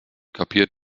kapiert